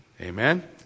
Amen